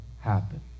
happen